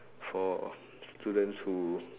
for students who